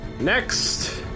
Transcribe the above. next